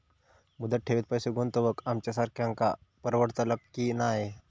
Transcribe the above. मुदत ठेवीत पैसे गुंतवक आमच्यासारख्यांका परवडतला की नाय?